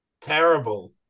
terrible